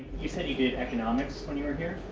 you said you did economics when you were here?